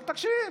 רק תקשיב.